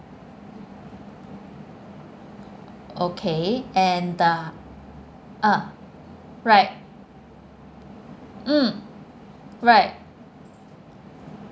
okay and the ah right mm right